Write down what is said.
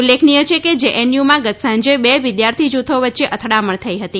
ઉલ્લેખનીય છે કે જેએનયુમાં ગત સાંજે બે વિદ્યાર્થી જૂથો વચ્ચે અથડામણ થઈ હતી